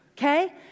Okay